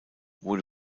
wurde